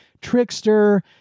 Trickster